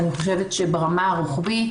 אני חושבת שברמה הרוחבית